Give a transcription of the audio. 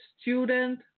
student